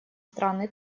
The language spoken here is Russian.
страны